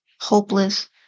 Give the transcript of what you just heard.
hopeless